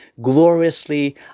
gloriously